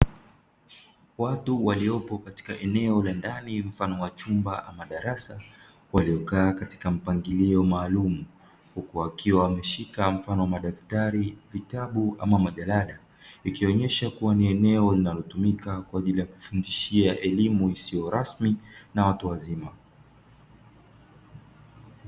Watu waliopo katika eneo la ndani mfano wa chumba ama darasa waliokaa katika mpangilio maalum, huku wakiwa wameshika mfano wa madaftari, vitabu ama majalada ikionyesha kuwa ni eneo linalotumika kwa ajili ya kufundishia elimu isiyo rasmi na watu wazima.